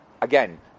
again